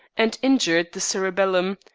and injured the cerebellum,